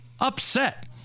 upset